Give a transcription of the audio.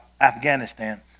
afghanistan